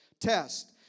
test